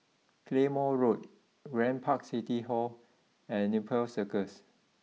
Claymore Road Grand Park City Hall and Nepal Circus